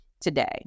today